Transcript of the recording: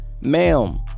ma'am